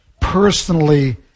personally